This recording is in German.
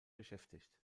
beschäftigt